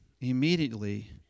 immediately